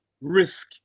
risk